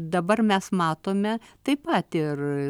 dabar mes matome taip pat ir